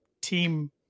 team